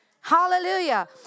Hallelujah